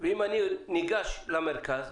אם אני ניגש למרכז,